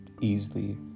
easily